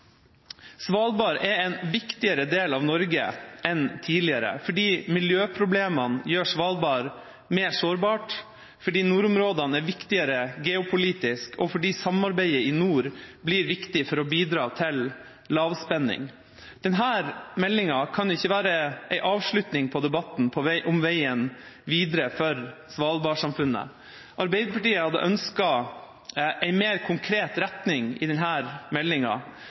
Svalbard er en viktigere del av Norge nå enn tidligere fordi miljøproblemene gjør Svalbard mer sårbart, fordi nordområdene er viktigere geopolitisk, og fordi samarbeidet i nord blir viktig for å bidra til lavspenning. Denne meldinga kan ikke være en avslutning på debatten om veien videre for Svalbard-samfunnet. Arbeiderpartiet hadde ønsket en mer konkret retning i